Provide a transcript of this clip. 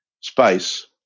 space